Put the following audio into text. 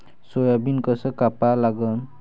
Soybean कस कापा लागन?